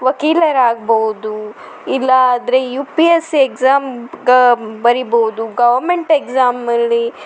ವಕೀಲರಾಗ್ಬೌದು ಇಲ್ಲಾದರೆ U P S ಎಕ್ಸಾಮ್ಗೆ ಬರಿಬೌದು ಗೌರ್ಮೆಂಟ್ ಎಕ್ಸಾಮಲ್ಲಿ